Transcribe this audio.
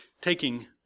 taking